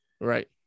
Right